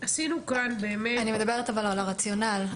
אבל אני מדברת על הרציונל.